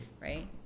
right